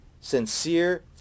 sincere